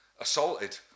assaulted